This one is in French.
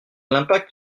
l’impact